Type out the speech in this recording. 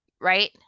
right